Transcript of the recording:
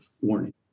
warning